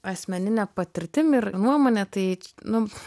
asmenine patirtim ir nuomone tai nu